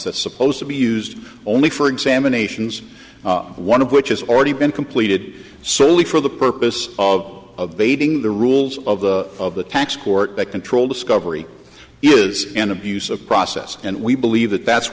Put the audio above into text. that's supposed to be used only for examinations one of which has already been completed solely for the purpose of baiting the rules of the of the tax court that control discovery is an abuse of process and we believe that that's